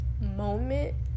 moment